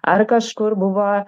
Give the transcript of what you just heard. ar kažkur buvo